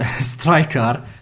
striker